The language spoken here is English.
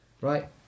Right